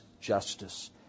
justice